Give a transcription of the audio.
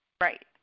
Right